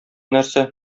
нәрсә